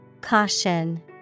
Caution